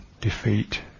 defeat